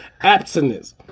Abstinence